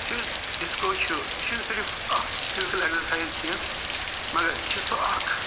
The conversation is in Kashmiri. یُس یہِ ڈِسکو چھُ یہِ چھُنہٕ صِرِف اَکھ فِزکٕل ایٚگزرسایِز کیٚنٛہہ مگر یہِ چھُ سُہ اَکھ